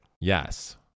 Yes